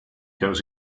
goes